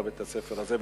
לבית-הספר הזה,